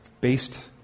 based